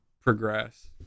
progress